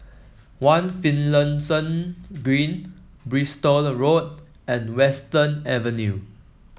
One Finlayson Green Bristol Road and Western Avenue